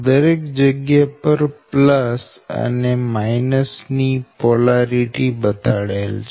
દરેક જગ્યા પર " અને '' ની પોલારીટી બતાડેલ છે